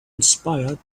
inspired